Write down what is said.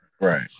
Right